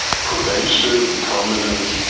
pervasive, permanent,